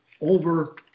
over